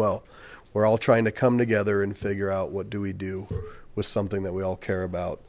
well we're all trying to come together and figure out what do we do with something that we all care about